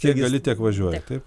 kiek gali tiek važiuoji taip